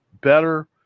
better